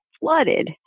flooded